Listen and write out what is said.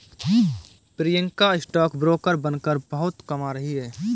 Priyanka stock broker बनकर बहुत कमा रही है